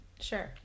Sure